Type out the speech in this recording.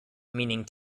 meaning